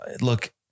look